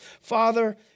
Father